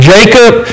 Jacob